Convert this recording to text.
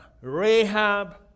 Rahab